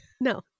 no